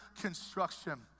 construction